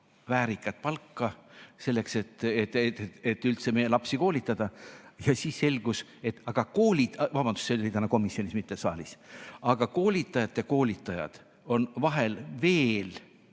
väärikat palka, selleks et üldse meie lapsi koolitada, ja siis selgus, et koolitajate ... Vabandust! See oli täna komisjonis, mitte saalis. Aga koolitajate koolitajad on vahel veel